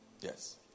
yes